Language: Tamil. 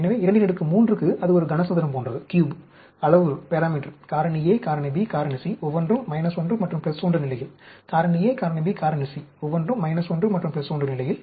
எனவே 23 க்கு அது ஒரு கனசதுரம் போன்றது அளவுரு காரணி A காரணி B காரணி C ஒவ்வொன்றும் 1 மற்றும் 1 நிலையில் காரணி A காரணி B காரணி C ஒவ்வொன்றும் 1 மற்றும் 1 நிலையில்